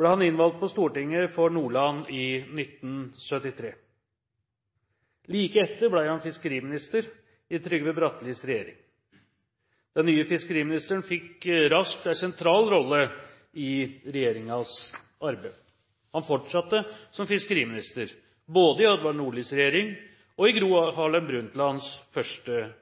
ble han innvalgt på Stortinget for Nordland i 1973. Like etter ble han fiskeriminister i Trygve Brattelis regjering. Den nye fiskeriministeren fikk raskt en sentral rolle i regjeringens arbeid. Han fortsatte som fiskeriminister både i Odvar Nordlis regjering og i Gro Harlem Brundtlands første